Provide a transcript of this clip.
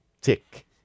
tick